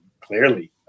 clearly